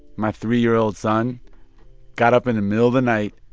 my three year old son got up in the middle the night,